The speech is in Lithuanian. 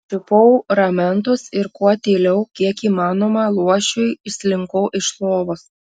čiupau ramentus ir kuo tyliau kiek įmanoma luošiui išslinkau iš lovos